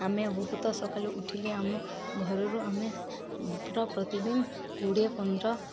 ଆମେ ବହୁତ ସକାଳୁ ଉଠିଲେ ଆମ ଘରରୁ ଆମେ ପ୍ରତିଦିନ କୋଡ଼ିଏ ପନ୍ଦର